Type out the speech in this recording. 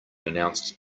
announced